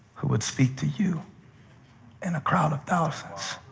who would speak to you in a crowd of thousands